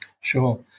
Sure